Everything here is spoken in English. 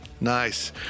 Nice